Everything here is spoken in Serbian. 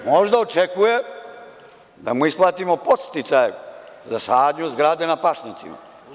Možda očekuje da mu isplatimo podsticaje za sadnju zgrade na pašnjacima.